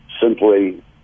simply